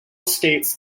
states